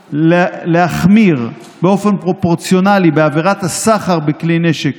להחמיר באופן פרופורציונלי בעבירת הסחר בכלי נשק.